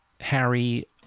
Harry